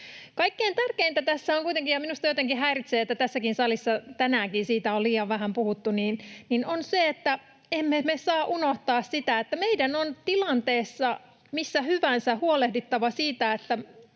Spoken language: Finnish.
Kaikkein tärkeintä tässä on kuitenkin — ja minua jotenkin häiritsee, että tässäkin salissa tänäänkin siitä on liian vähän puhuttu — se, että me emme saa unohtaa sitä, että meidän on tilanteessa missä hyvänsä huolehdittava siitä, että